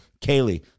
Kaylee